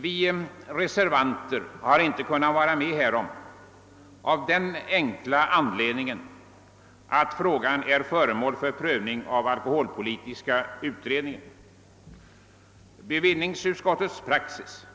Vi reservanter har inte kunnat vara med om denna skrivning av den enkla anledningen att frågan är föremål för prövning av alkoholpolitiska utredningen. Bevillningsutskottets praxis